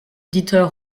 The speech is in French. dieter